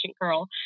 girl